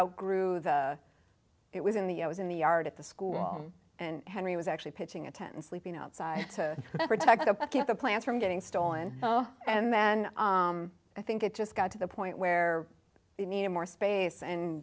outgrew the it was in the i was in the yard at the school and henry was actually pitching a tent and sleeping outside to protect the plants from getting stolen and and i think it just got to the point where he needed more space and